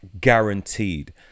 guaranteed